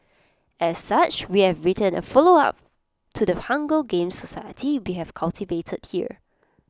as such we have written A follow up to the hunger games society we have cultivated here